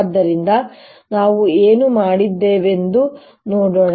ಆದ್ದರಿಂದ ನಾವು ಏನು ಮಾಡಿದ್ದೇವೆಂದು ನೋಡೋಣ